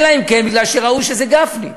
אלא אם כן בגלל שראו שזה גפני,